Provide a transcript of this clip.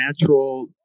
natural